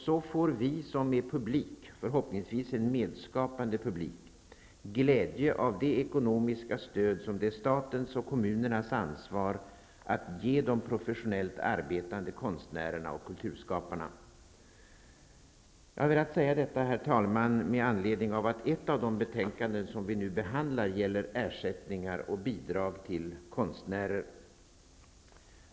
Så får vi som är publik -- förhoppningsvis en medskapande publik -- glädje av det ekonomiska stöd som det är statens och kommunernas ansvar att ge de professionellt arbetande konstnärerna och kulturskaparna. Herr talman! Jag har velat säga detta med anledning av att ett av de betänkanden som vi nu behandlar gäller ersättningar och bidrag till konstnärer.